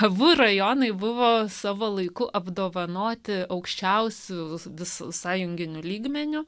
abu rajonai buvo savo laiku apdovanoti aukščiausiu visų sąjunginiu lygmeniu